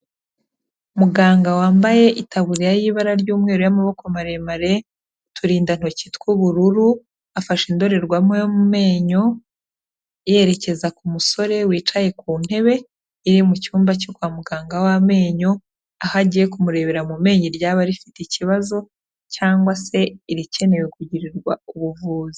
Muganga wambaye itaburiya y'ibara ry'umweru y'amaboko maremare, uturindantoki tw'ubururu, afashe indorerwamo yo mu menyo, yerekeza ku musore wicaye ku ntebe, iri mu cyumba cyo kwa muganga w'amenyo, aho agiye kumurebera mu menyo iryaba rifite ikibazo, cyangwa se irikenewe kugirirwa ubuvuzi.